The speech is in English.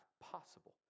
possible